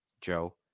Joe